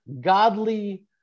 godly